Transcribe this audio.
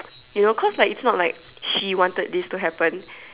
you know cause like it's not like she wanted this to happen